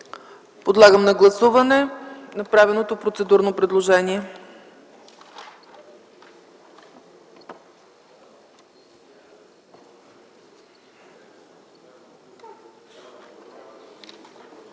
Подлагам на гласуване направеното процедурно предложение.